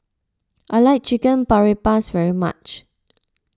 I like Chicken Paprikas very much